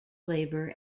labour